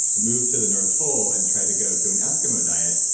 moved to the north pole and tried to go to an eskimo diet,